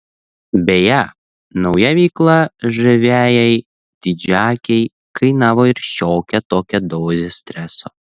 beje nauja veikla žaviajai didžiaakei kainavo ir šiokią tokią dozę streso